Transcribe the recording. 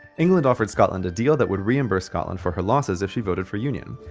england offered scotland a deal that would reimburse scotland for her losses if she voted for union.